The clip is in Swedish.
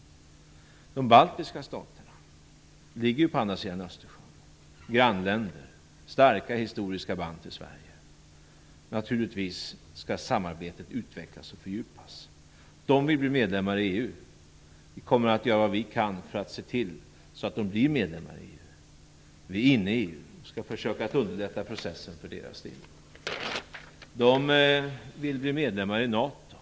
De baltiska staterna ligger på andra sidan Östersjön. De är våra grannländer, och de har starka historiska band till Sverige. Naturligtvis skall samarbetet utvecklas och fördjupas. De vill bli medlemmar i EU. Vi i Sverige kommer att göra vad vi kan för att se till att de blir det. Vi är inne i EU, och vi skall försöka underlätta processen för deras del. De vill bli medlemmar i NATO.